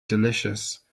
delicious